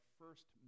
first